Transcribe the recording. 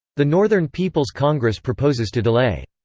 the northern people's congress proposes to delay.